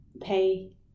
pay